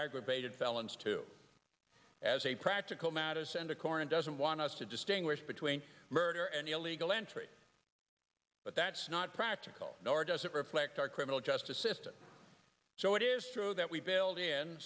aggravated felons to as a practical matter centocor and doesn't want us to distinguish between murder and illegal entry but that's not practical nor does it reflect our criminal justice system so it is true that we build in